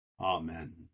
Amen